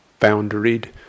boundaried